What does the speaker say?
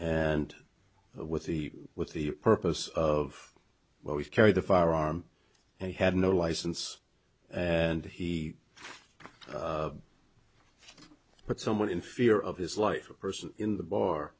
and with the with the purpose of where we carry the firearm and he had no license and he put someone in fear of his life a person in the bar